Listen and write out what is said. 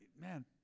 man